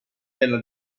della